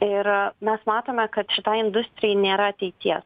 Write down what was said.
ir mes matome kad šitai industrijai nėra ateities